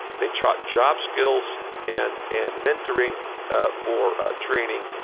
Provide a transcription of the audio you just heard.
they taught job skills and and mentoring for ah training.